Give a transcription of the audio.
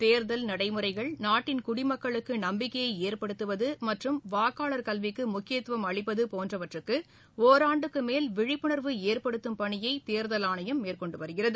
தேர்தல் நடைமுறைகள் நாட்டின் குடிமக்களுக்கு நம்பிக்கையை ஏற்படுத்துவது மற்றும் வாக்காளர் கல்விக்கு முக்கியத்துவம் அளிப்பது போன்றவற்றிற்கு ஒராண்டுக்கு மேல் விழிப்புணர்வு ஏற்படுத்தும் பணியை தேர்தல் ஆணையம் மேற்கொண்டு வருகிறது